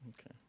Okay